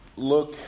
look